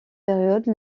période